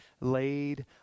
laid